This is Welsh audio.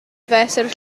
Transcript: fesur